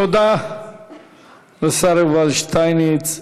תודה לשר יובל שטייניץ.